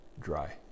dry